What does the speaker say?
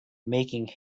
making